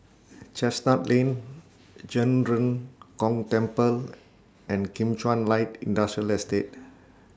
Chestnut Lane Zhen Ren Gong Temple and Kim Chuan Light Industrial Estate